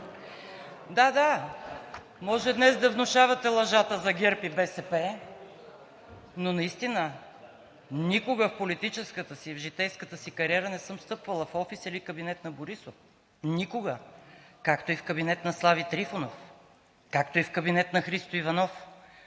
Да, да, може днес да внушавате лъжата за ГЕРБ и БСП, но наистина никога в политическата си, в житейската си кариера не съм стъпвала в офис или кабинет на Борисов. Никога! Както и в кабинет на Слави Трифонов. Както и в кабинет на Христо Иванов